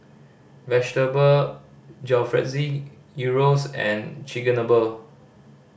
Vegetable Jalfrezi Gyros and Chigenabe